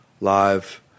live